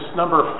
number